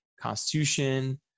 Constitution